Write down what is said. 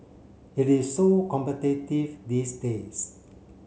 it is so competitive these days